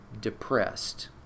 depressed